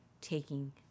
taking